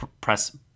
press